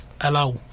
Hello